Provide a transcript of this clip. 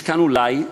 יש כאן אולי,